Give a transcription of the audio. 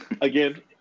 Again